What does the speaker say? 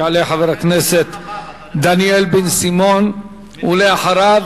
יעלה חבר הכנסת דניאל בן-סימון, ואחריו,